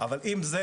אבל עם זה,